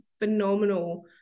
phenomenal